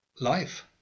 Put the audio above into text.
life